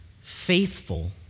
faithful